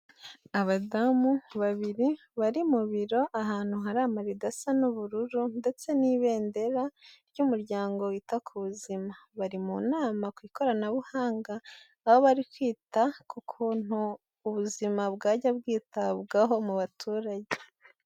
Abadamu babiri bari mu biro, ahantu hari amarido asa n'ubururu, ndetse n'ibendera ry'umuryango wita ku buzima. Bari mu nama ku ikoranabuhanga, aho bari kwita ku kuntu ubuzima bwajya bwitabwaho mu baturage.